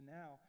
now